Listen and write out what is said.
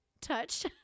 touch